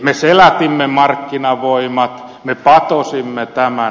me selätimme markkinavoimat me patosimme tämän